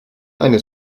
eine